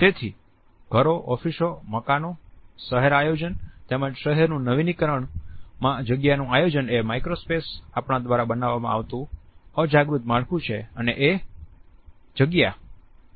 તેથી ઘરો ઓફિસો મકાન શહેર આયોજન તેમજ શહેરનું નવીનીકરણ માં જગ્યાનું આયોજન એ માઇક્રો સ્પેસ નું આપણા દ્વારા બનાવામાં આવતું અજાગૃત માળખું છે અને એ જગ્યા